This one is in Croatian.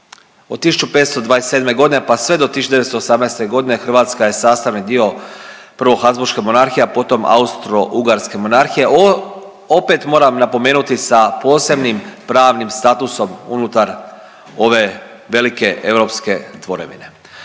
Od 1527. godine pa sve do 1918. godine Hrvatska je sastavni dio prvo Habsburške Monarhije, a potom Austro-Ugarske Monarhije opet moram napomenuti sa posebnim pravnim statusom unutar ove velike europske tvorevine.